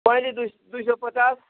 पहेँली दुई दुई सय पचास